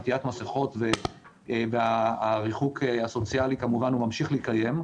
עטיית מסכות והריחוק הסוציאלי כמובן ממשיך להתקיים,